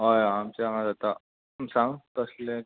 हय हय आमचें हांगा जाता सांग तसलें